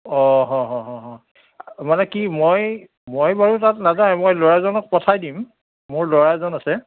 অঁ হ হ হ হ মানে কি মই মই বাৰু তাত নাযাওঁ মই ল'ৰাজনক পঠাই দিম মোৰ ল'ৰা এজন আছে